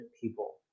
people